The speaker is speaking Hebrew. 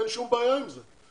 אין שום בעיה עם זה,